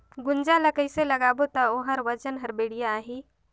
गुनजा ला कइसे लगाबो ता ओकर वजन हर बेडिया आही?